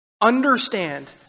understand